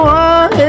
one